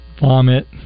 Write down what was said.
vomit